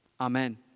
Amen